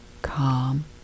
calm